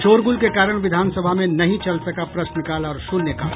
शोरगूल के कारण विधानसभा में नहीं चल सका प्रश्नकाल और शून्यकाल